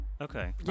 Okay